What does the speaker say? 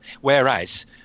whereas